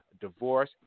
divorce